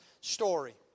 story